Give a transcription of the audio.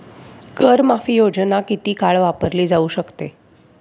कर माफी योजना किती काळ वापरली जाऊ शकते?